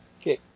Okay